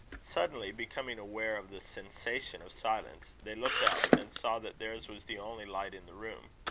suddenly becoming aware of the sensation of silence, they looked up, and saw that theirs was the only light in the room.